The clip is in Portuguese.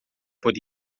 por